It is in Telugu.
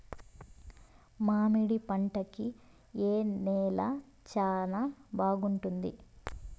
మామిడి పంట కి ఏ నేల చానా బాగుంటుంది